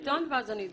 בסרטון, ואז אני אדבר.